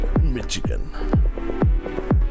Michigan